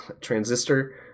transistor